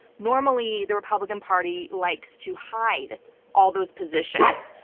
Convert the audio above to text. normally the republican party likes to hide all those positions,